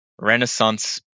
renaissance